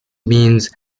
means